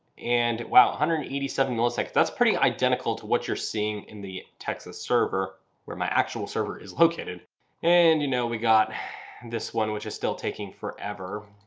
and wow one hundred and eighty seven milliseconds. that's pretty identical to what you're seeing in the texas server where my actual server is located and you know we got this one which is still taking forever.